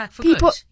people